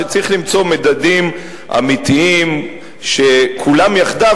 שצריך למצוא מדדים אמיתיים שכולם יחדיו